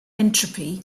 entropy